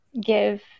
give